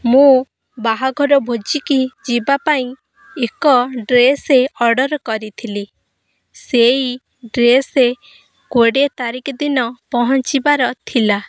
ମୁଁ ବାହାଘର ଭୋଜିକି ଯିବା ପାଇଁ ଏକ ଡ୍ରେସ୍ ଅର୍ଡ଼ର୍ କରିଥିଲି ସେଇ ଡ୍ରେସ୍ କୋଡ଼ିଏ ତାରିଖ ଦିନ ପହଞ୍ଚିବାର ଥିଲା